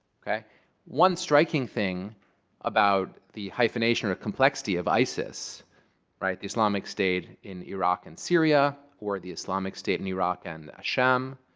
one striking thing about the hyphenation or complexity of isis the islamic state in iraq and syria, or the islamic state in iraq and al-sham,